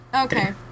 Okay